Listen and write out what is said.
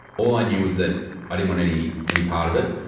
all i knew was that i didn't want any, any part of it.